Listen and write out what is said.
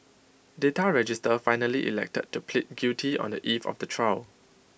data register finally elected to plead guilty on the eve of the trial